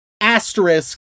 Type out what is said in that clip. asterisk